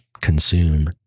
consume